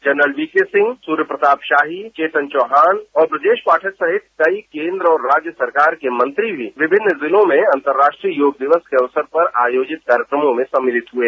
general V K Singh स्रर्य Pratap Shahi Chetan Chauhan और बजेश पाठक सहित कई केन्द्र और राज्य सरकार के मंत्री भी विभिन्न जिलों में अंतर्राष्ट्रीय योग दिवस के अवसर पर आयोजित कार्यक्रमों में सम्मिलित हुए